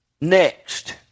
Next